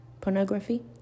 pornography